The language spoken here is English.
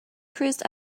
cruised